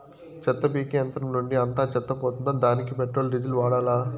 చెత్త పీకే యంత్రం నుండి అంతా చెత్త పోతుందా? దానికీ పెట్రోల్, డీజిల్ వాడాలా?